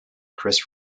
chris